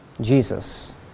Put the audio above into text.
Jesus